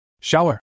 Shower